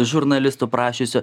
žurnalistų prašiusių